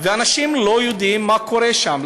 ואנשים לא יודעים מה קורה שם.